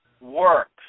works